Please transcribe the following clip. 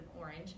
Orange